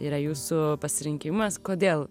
yra jūsų pasirinkimas kodėl